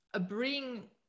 bring